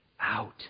out